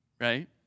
right